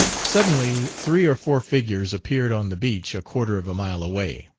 suddenly three or four figures appeared on the beach, a quarter of a mile away.